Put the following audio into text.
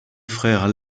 frère